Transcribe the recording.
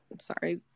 sorry